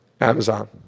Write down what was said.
Amazon